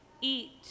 eat